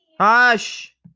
Hush